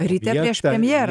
ryte prieš premjerą